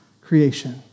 creation